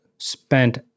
spent